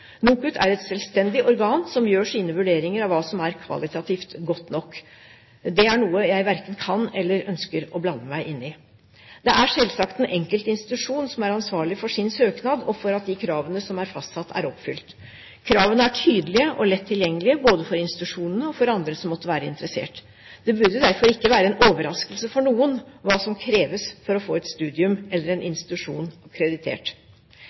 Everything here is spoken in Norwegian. NOKUT er et selvstendig organ som gjør sine vurderinger av hva som er kvalitativt godt nok. Det er noe jeg verken kan eller ønsker å blande meg inn i. Det er selvsagt den enkelte institusjon som er ansvarlig for sin søknad og for at de kravene som er fastsatt, er oppfylt. Kravene er tydelige og lett tilgjengelige, både for institusjonene og for andre som måtte være interessert. Det burde derfor ikke være en overraskelse for noen hva som kreves for å få et studium eller en